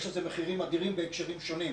יש לכך מחירים אדירים בהקשרים שונים,